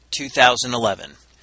2011